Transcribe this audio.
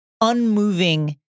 unmoving